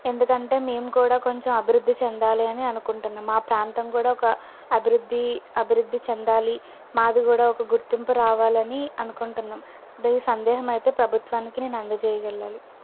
ఎందుకంటే మేము కూడా కొంచం అభివృద్ధి చెందాలి అని అనుకుంటున్నాం మా ప్రాంతం కూడా ఒక అభివృద్ధి అభివృద్ధి చెందాలి మాది కూడా ఒక గుర్తింపు రావాలి అని అనుకుంటున్నాం ఇది సందేశం అయితే ప్రభుత్వానికి నేను అందచేయగలగాలి